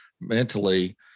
mentally